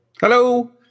Hello